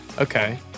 Okay